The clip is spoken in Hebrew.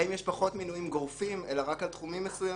האם יש פחות מינויים גורפים אלא רק על תחומים מסוימים,